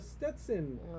Stetson